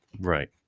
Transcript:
Right